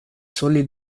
soli